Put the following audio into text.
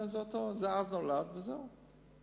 זה נולד אז, וזהו.